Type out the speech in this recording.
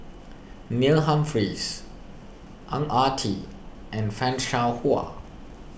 Neil Humphreys Ang Ah Tee and Fan Shao Hua